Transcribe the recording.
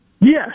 Yes